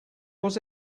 was